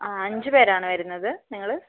അ അഞ്ചു പേരാണോ വരുന്നത് നിങ്ങൾ